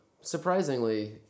Surprisingly